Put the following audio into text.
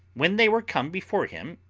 when they were come before him,